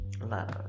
love